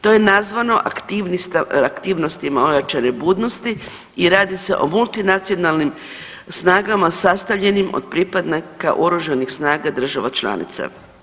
To je nazvano aktivnostima ojačane budnosti i radi se o multinacionalnim snagama sastavljenim od pripadnika Oružanih snaga država članica.